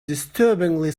disturbingly